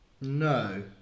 No